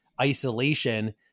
isolation